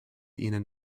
ihnen